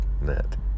net